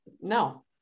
no